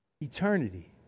Eternity